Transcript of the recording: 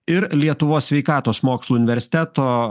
ir lietuvos sveikatos mokslų universiteto